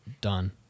Done